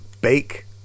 Bake